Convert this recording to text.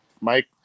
Mike